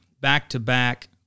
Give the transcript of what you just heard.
back-to-back